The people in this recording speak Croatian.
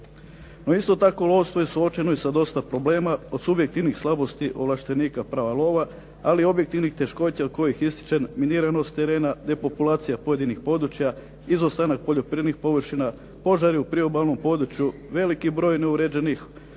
No isto tako lovstvo je suočeno i sa dosta problema od subjektivnih slabosti ovlaštenika prva lova ali i objektivnih teškoća od kojih ističem miniranost terena, nepopulacija pojedinih područja, izostanak poljoprivrednih površina, požari u priobalnom području, veliki broj neuređenih